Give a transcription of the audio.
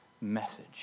message